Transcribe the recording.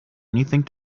anything